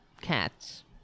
cats